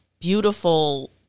beautiful